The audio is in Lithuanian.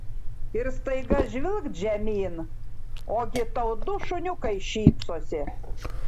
ir staiga žvilgt žemyn ogi tau du šuniukai šypsosi